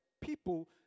people